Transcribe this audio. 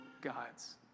gods